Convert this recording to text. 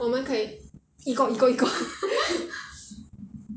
我们可以